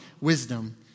wisdom